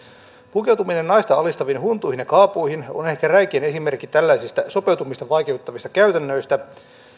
pukeutuminen naista alistaviin huntuihin ja kaapuihin on ehkä räikein esimerkki tällaisista sopeutumista vaikeuttavista käytännöistä